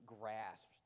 grasped